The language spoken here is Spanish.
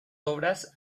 obras